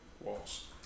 walls